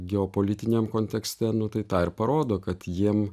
geopolitiniam kontekste tai tą ir parodo kad jiem